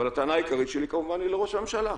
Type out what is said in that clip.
אבל הטענה העיקרית שלי, כמובן, היא לראש הממשלה.